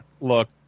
Look